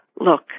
look